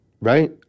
right